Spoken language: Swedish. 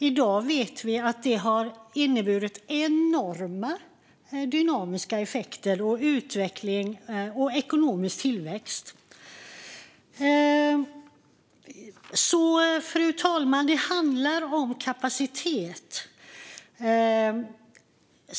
I dag vet vi att den har inneburit enorma dynamiska effekter, utveckling och ekonomisk tillväxt. Fru talman! Det handlar om kapacitet.